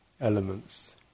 elements